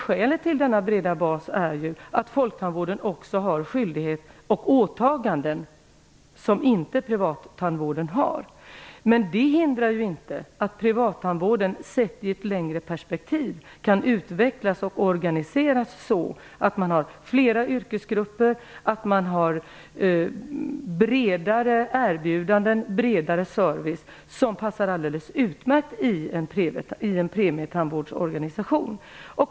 Skälet till denna breda bas är att folktandvården också har skyldigheter och åtaganden som inte privattandvården har. Det hindrar inte att privattandvården, sett i ett längre perspektiv, kan utvecklas och organiseras så att man får fler yrkesgrupper och bredare service som passar alldeles utmärkt i en premietandvårdsorganisation.